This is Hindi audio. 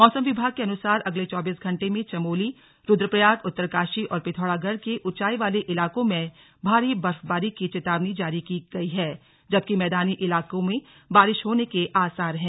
मौसम विभाग के अनुसार अगले चौबीस घंटे में चमोली रूद्रप्रयाग उत्तरकाशी और पिथौरागढ़ के ऊंचाई वाले इलाकों में भारी बर्फबारी की चेतावनी जारी की है जबकि मैदानी इलाके में बारिश होने के आसार हैं